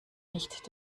nicht